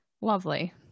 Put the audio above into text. Lovely